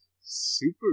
super